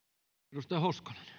arvoisa